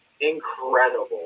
incredible